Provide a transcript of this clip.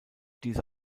diese